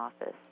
office